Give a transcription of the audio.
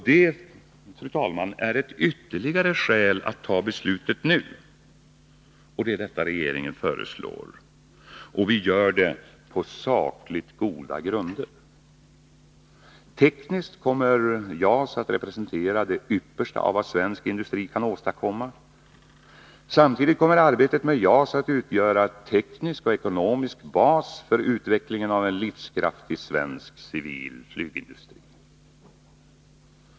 Detta, fru talman, är ett ytterligare skäl att fatta beslutet nu. Det är detta regeringen föreslår. Vi gör det på sakligt goda grunder. Tekniskt kommer JAS att representera det yppersta av vad svensk industri kan åstadkomma. Samtidigt kommer arbetet med JAS att utgöra teknisk och ekonomisk bas för utvecklingen av en livskraftig svensk civil flygindustri.